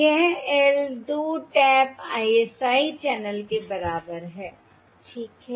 यह L 2 tap ISI channel के बराबर है ठीक है